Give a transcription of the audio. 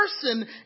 person